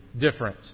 Different